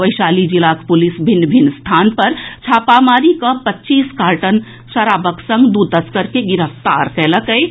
वैशाली जिलाक पुलिस भिन्न भिन्न स्थान पर छापामारी कऽ पच्चीस कार्टन शराबक संग दू तस्कर के गिरफ्तार कयलक अछि